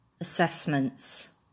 assessments